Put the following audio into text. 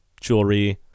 jewelry